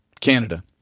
Canada